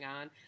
on